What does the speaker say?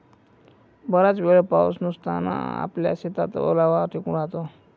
बराच वेळ पाऊस नसताना आपल्या शेतात ओलावा टिकून राहतो